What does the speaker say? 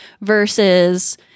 versus